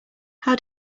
how